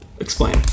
Explain